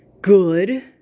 good